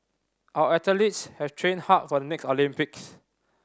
our athletes have training hard for the next Olympics